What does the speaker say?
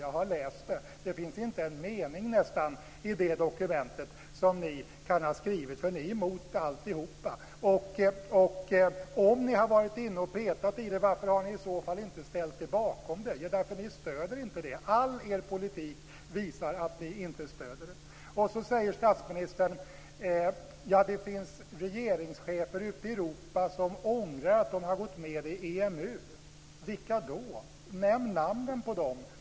Jag har läst det. Det finns inte en mening i det dokumentet som ni kan ha skrivit, för ni är emot alltihop. Om ni har varit inne och petat i det, varför har ni i så fall inte ställt er bakom det? Det är ju därför att ni inte stöder det. All er politik visar att ni inte stöder det. Statsministern säger att det finns regeringschefer ute i Europa som ångrar att de har gått med i EMU. Vilka då? Nämn namnen på dem.